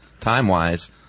time-wise